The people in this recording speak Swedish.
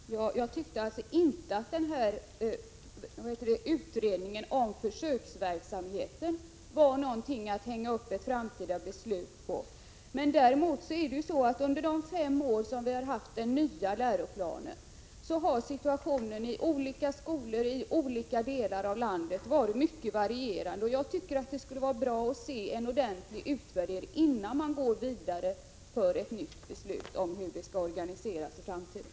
Fru talman! Jag tyckte alltså inte att den här utredningen om försöksverksamheten var någonting att hänga upp ett framtida beslut på. Däremot har situationen i olika skolor i olika delar av landet under de fem år som vi har haft den nya läroplanen varit mycket varierande. Det skulle vara bra att se en ordentlig utvärdering innan vi går vidare och fattar ett nytt beslut om hur hemkunskapen skall organiseras i framtiden.